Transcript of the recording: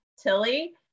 Tilly